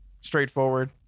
straightforward